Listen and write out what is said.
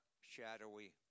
shadowy